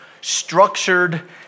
structured